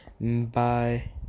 bye